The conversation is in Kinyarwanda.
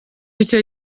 icyo